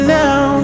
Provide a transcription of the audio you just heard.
now